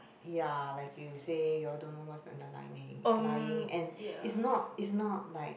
ya like you say you all don't know what's underlining lying and it's not it's not like